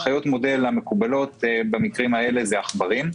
חיות המודל המקובלות במקרים האלה זה עכברים.